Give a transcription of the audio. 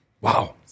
Wow